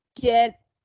get